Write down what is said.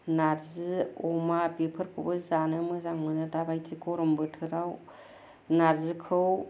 नार्जि अमा बेफोरखौबो जानो मोजां मोनो दाबायदि गरम बोथोराव नार्जिखौ